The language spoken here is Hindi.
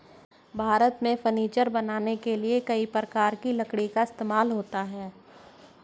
भारत में फर्नीचर बनाने के लिए कई प्रकार की लकड़ी का इस्तेमाल होता है